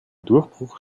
durchbruch